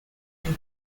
him